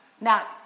now